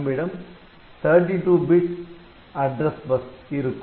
நம்மிடம் 32 பிட் முகவரி பாட்டை இருக்கும்